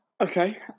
Okay